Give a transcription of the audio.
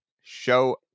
show